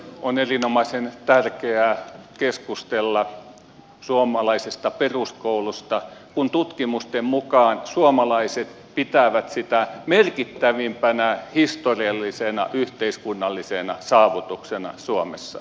on erinomaisen tärkeää keskustella suomalaisesta peruskoulusta kun tutkimusten mukaan suomalaiset pitävät sitä merkittävimpänä historiallisena yhteiskunnallisena saavutuksena suomessa